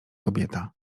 kobieta